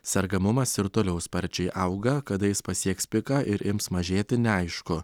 sergamumas ir toliau sparčiai auga kada jis pasieks piką ir ims mažėti neaišku